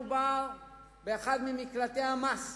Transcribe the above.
מדובר באחד ממקלטי המס,